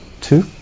Two